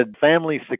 family